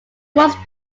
most